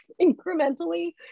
incrementally